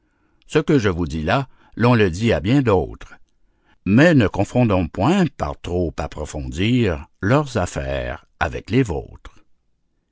ce que je vous dis là l'on le dit à bien d'autres mais ne confondons point par trop approfondir leurs affaires avec les vôtres